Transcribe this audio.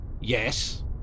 Yes